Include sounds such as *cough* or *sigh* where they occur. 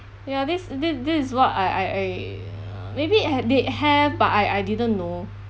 ya this this this is what I I I *noise* maybe had they have but I I didn't know